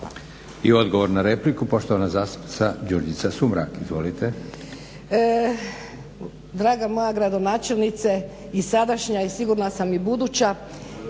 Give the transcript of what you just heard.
I odgovor na repliku poštovana zastupnica Đurđica Sumrak. Izvolite. **Sumrak, Đurđica (HDZ)** Draga moja gradonačelnice i sadašnja i sigurna sam i buduća.